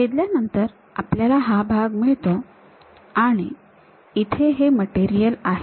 छेदल्यानंतर आपल्याला हा भाग मिळतो आणि इथे हे मटेरियल आहे